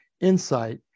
insight